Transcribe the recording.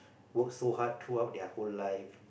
work so hard throughout their whole life